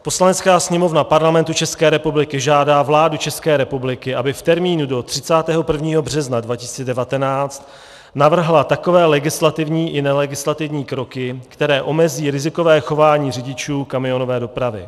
Poslanecká sněmovna Parlamentu České republiky žádá vládu České republiky, aby v termínu do 31. března 2019 navrhla takové legislativní i nelegislativní kroky, které omezí rizikové chování řidičů kamionové dopravy.